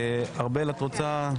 ארבל, בבקשה.